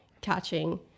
catching